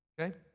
Okay